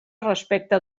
respecte